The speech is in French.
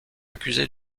accusé